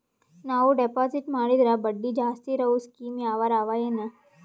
ನಾವು ಡೆಪಾಜಿಟ್ ಮಾಡಿದರ ಬಡ್ಡಿ ಜಾಸ್ತಿ ಇರವು ಸ್ಕೀಮ ಯಾವಾರ ಅವ ಏನ?